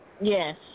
Yes